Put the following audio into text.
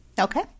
Okay